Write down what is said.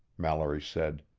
mallory said.